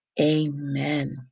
Amen